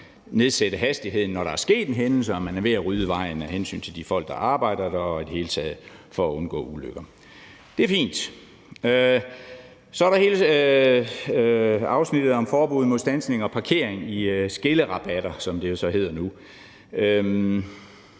nedsætte hastigheden, når der er sket en hændelse og man er ved at rydde vejen af hensyn til de folk, der arbejder der, og i det hele taget for at undgå ulykker – det er fint. Så er der hele afsnittet om forbud mod standsning og parkering i skillerabatter, som det jo så hedder nu.